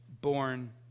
born